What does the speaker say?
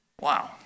Wow